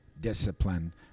discipline